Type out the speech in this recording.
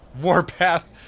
Warpath